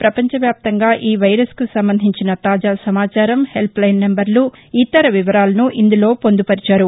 ప్రపంచ వ్యాప్తంగా ఈ వైరస్కు సంబంధించిన తాజా సమాచారం హెల్ప్ లైన్ నెంబర్లు ఇతర వివరాలను ఇందులో పొందుపరిచారు